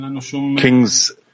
king's